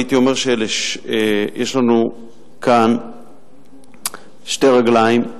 הייתי אומר שיש לנו כאן שתי רגליים,